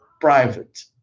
private